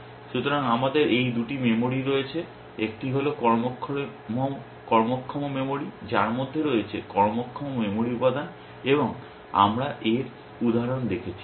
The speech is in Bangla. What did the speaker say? সুতরাং আমাদের এই দুটি মেমরি রয়েছে একটি হল কর্মক্ষম মেমরি যার মধ্যে রয়েছে কর্মক্ষম মেমরি উপাদান এবং আমরা এর উদাহরণ দেখেছি